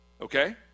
Okay